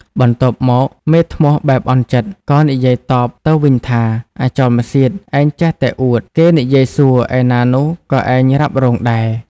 បន្ទាប់មកមេធ្នស់ បែបអន់ចិត្ត ក៏និយាយតបទៅវិញថា អាចោលម្សៀត ឯងចេះតែអួត គេនិយាយសួរ ឯណានោះក៏ឯងរ៉ាប់រងដែរ។